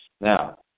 Now